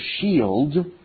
shield